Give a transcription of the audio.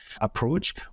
approach